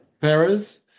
Perez